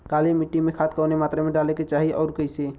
काली मिट्टी में खाद कवने मात्रा में डाले के चाही अउर कइसे?